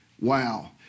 Wow